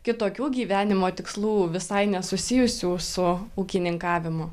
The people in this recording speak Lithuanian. kitokių gyvenimo tikslų visai nesusijusių su ūkininkavimu